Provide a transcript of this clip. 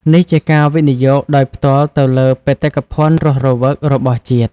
នេះជាការវិនិយោគដោយផ្ទាល់ទៅលើ បេតិកភណ្ឌរស់រវើក របស់ជាតិ។